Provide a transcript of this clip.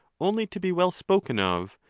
only to be well spoken of,